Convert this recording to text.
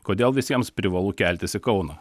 kodėl visiems privalu keltis į kauną